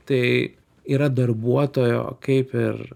tai yra darbuotojo kaip ir